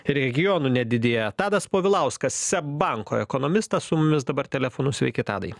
regionų nedidėja tadas povilauskas seb banko ekonomistas su mumis dabar telefonu sveiki tadai